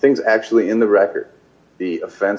things actually in the record the offense